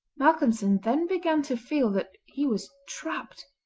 malcolmson then began to feel that he was trapped,